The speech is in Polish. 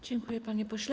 Dziękuję, panie pośle.